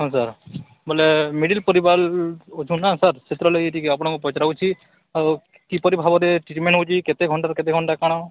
ଆଚ୍ଛା ବୋଲେ ମିଡ଼ିଲ୍ ପରିବାର ଅଛନ୍ତି ନ ସାର୍ ସେଥିରଲାଗି ଟିକେ ଆପଣଙ୍କୁ ପଚରାଉଛି ଆଉ କିପରି ଭାବରେ ଟ୍ରିଟମେଣ୍ଟ୍ ହେଉଛି କେତେ ଘଣ୍ଟାରୁ କେତେ ଘଣ୍ଟା କ'ଣ